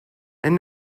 and